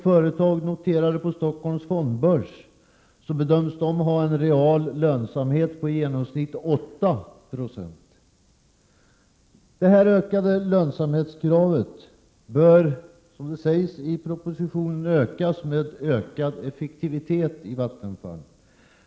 Företag noterade på Stockholms fondbörs bedöms ha en real lönsamhet på i genomsnitt 8 90. Lönsamhetskravet bör, som det sägs i propositionen, ökas med höjd effektivitet i Vattenfall.